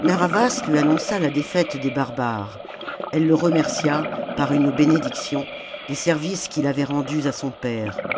narr'havas lui annonça la défaite des barbares elle le remercia par une bénédiction des services qu'il avait rendus à son père